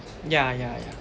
yeah yeah yeah